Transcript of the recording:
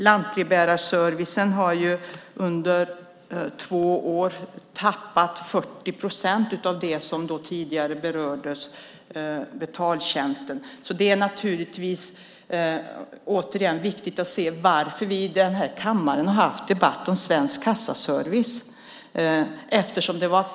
Lantbrevbärarservicen har under två år tappat 40 procent av det som tidigare berörde betaltjänsten. Återigen är det viktigt att se varför vi i denna kammare haft debatter om Svensk Kassaservice.